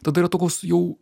tada yra tokios jau